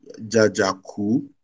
jajaku